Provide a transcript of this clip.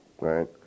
right